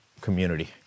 community